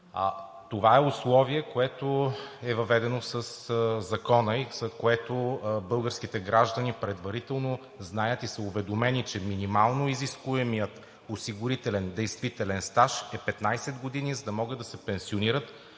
Това е условие, въведено със закона, и за което българските граждани знаят и са уведомени, че минимално изискуемият осигурителен действителен стаж е 15 години, за да могат да се пенсионират